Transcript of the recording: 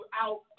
out